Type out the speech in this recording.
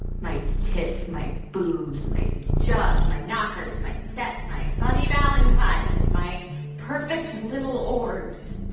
my tits, my boobs, my jugs, my knockers, my set, my funny valentines, my perfect little orbs